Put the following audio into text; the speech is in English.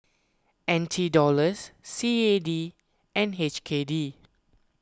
N T Dollars C A D and H K D